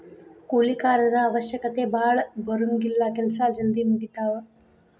ಕೂಲಿ ಕಾರರ ಅವಶ್ಯಕತೆ ಭಾಳ ಬರುಂಗಿಲ್ಲಾ ಕೆಲಸಾ ಜಲ್ದಿ ಮುಗಿತಾವ